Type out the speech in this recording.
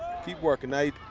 keep working, right?